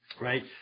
right